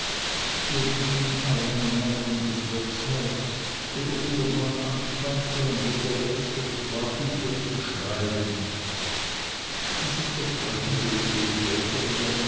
wir gingen arm in arm nach dem wirtshaus wo der fuhrmann anspannte und unterwegs versprach ich ihr zu schreiben dieses versprechen löste ich später mit einem